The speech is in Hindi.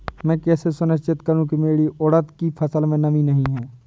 मैं कैसे सुनिश्चित करूँ की मेरी उड़द की फसल में नमी नहीं है?